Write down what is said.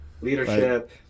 Leadership